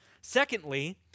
Secondly